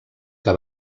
que